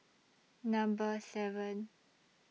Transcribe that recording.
Number seven